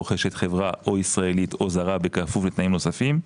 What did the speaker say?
רוכשת חברה או ישראלית או זרה בכפוף לתנאים נוספים.